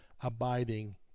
abiding